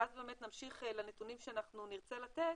ואז נמשיך לנתונים שאנחנו נרצה לתת,